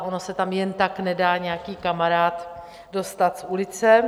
Ono se tam jen tak nedá nějaký kamarád dostat z ulice.